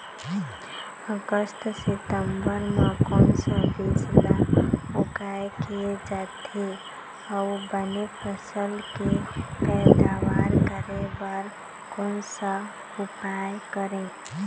अगस्त सितंबर म कोन सा बीज ला उगाई किया जाथे, अऊ बने फसल के पैदावर करें बर कोन सा उपाय करें?